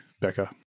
Becca